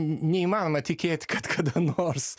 neįmanoma tikėt kad kadanors